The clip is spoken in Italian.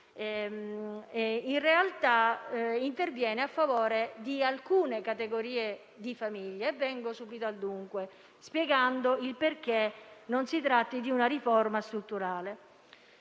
in realtà interviene a favore di alcune categorie di famiglia. Ora verrò subito al dunque, spiegando il perché non si tratti di una riforma strutturale.